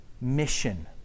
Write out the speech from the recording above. mission